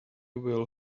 will